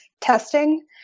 testing